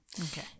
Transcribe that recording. Okay